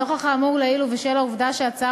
נוכח האמור לעיל ובשל העובדה שההצעה